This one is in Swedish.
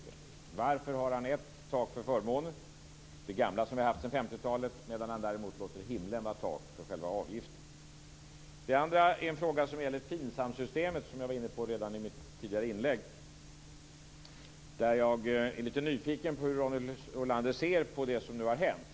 Varför vill Ronny Olander ha ett tak för förmåner, det gamla som vi har haft sedan 50-talet, medan han däremot låter himlen vara tak för själva avgifterna? Den andra frågan gäller FINSAM-systemet, som jag var inne på redan i mitt tidigare inlägg. Jag är lite nyfiken på hur Ronny Olander ser på det som nu har hänt.